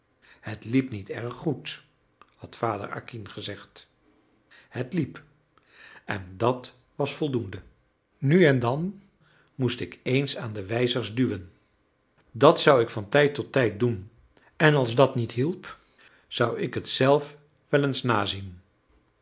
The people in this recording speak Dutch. het liep niet erg goed had vader acquin gezegd het liep en dat was voldoende nu en dan moest ik eens aan de wijzers duwen dat zou ik van tijd tot tijd doen en als dat niet hielp zou ik het zelf wel eens nazien